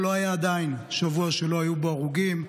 אבל עדיין לא היה שבוע שלא היו בו הרוגים.